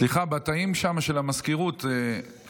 סליחה, בתאים שם של המזכירות, אני מבקש לא להפריע.